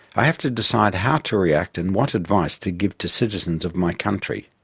i have to decide how to react and what advice to give to citizens of my country.